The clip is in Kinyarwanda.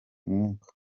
mwuka